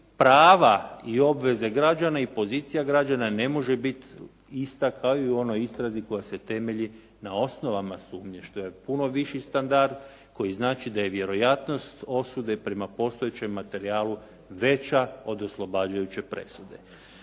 prava i obveze građana i pozicija građana ne može biti ista kao i u onoj istrazi koja se temelji na osnovama sumnje što je puno viši standard koji znači da je vjerojatnost osude prema postojećem materijalu veća od oslobađajuće presude.